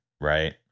right